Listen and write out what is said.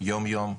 יום יום,